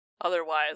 otherwise